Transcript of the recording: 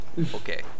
Okay